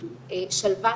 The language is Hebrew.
שלוותה,